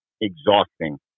exhausting